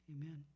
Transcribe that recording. Amen